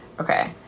Okay